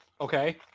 Okay